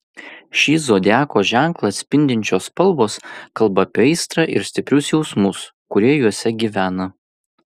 šį zodiako ženklą atspindinčios spalvos kalba apie aistrą ir stiprius jausmus kurie juose gyvena